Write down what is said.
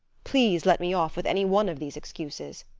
please let me off with any one of these excuses.